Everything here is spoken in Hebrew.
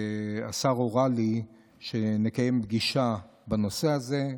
והשר הורה לי שנקיים פגישה בנושא הזה,